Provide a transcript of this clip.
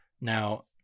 Now